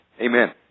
Amen